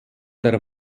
der